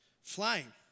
flying